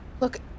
Look